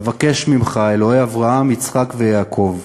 אבקש ממך, אלוהי אברהם, יצחק ויעקב,